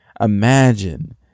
Imagine